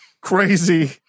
crazy